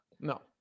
No